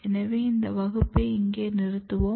எனவே இந்த வகுப்பை இங்கே நிறுத்துவோம்